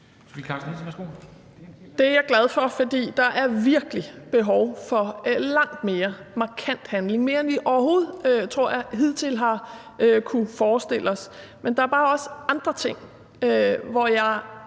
Det er jeg glad for, for der er virkelig behov for meget mere markant handling – mere, end vi overhovedet, tror jeg, hidtil har kunnet forestille os. Men der er bare også andre ting, hvor jeg